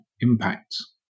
impacts